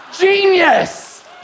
Genius